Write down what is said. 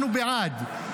אנחנו בעד.